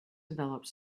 developed